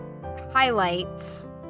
highlights